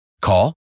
Call